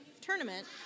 tournament